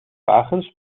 wagens